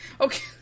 Okay